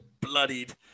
bloodied